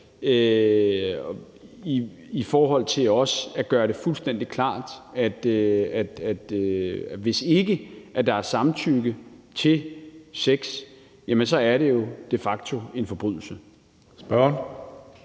i forhold til også at gøre det fuldstændig klart, at hvis ikke der er samtykke til sex, er det jo de facto en forbrydelse.